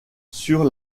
sur